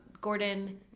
Gordon